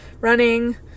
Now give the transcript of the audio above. running